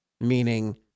meaning